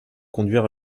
conduire